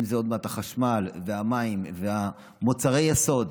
עוד מעט זה החשמל והמים ומוצרי היסוד.